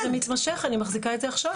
זה מתמשך, אני מחזיקה את זה עכשיו.